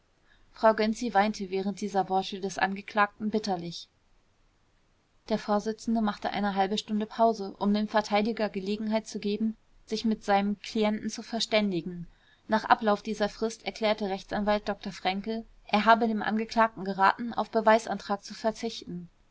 dieser worte des angeklagten bitterlich der vorsitzende machte eine halbe stunde pause um dem verteidiger gelegenheit zu geben sich mit seinem klienten zu verständigen nach ablauf dieser frist erklärte rechtsanwalt dr fränkel er habe dem angeklagten geraten auf den beweisantrag zu verzichten